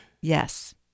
Yes